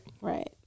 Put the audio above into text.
Right